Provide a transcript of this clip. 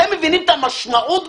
אתם מבינים את המשמעות?